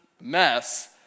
mess